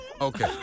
Okay